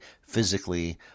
physically